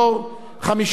15 בעד,